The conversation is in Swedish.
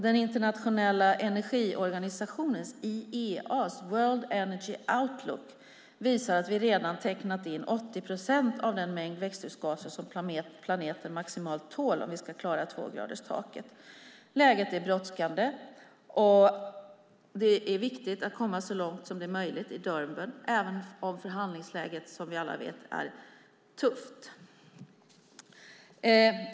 Den internationella energiorganisationen IEA:s World Energy Outlook visar att vi redan har intecknat 80 procent av den mängd växthusgaser som planeten maximalt tål, om vi ska klara tvågraderstaket. Läget är brådskande. Det är viktigt att komma så långt som möjligt i Durban, även om förhandlingsläget som vi alla vet är tufft.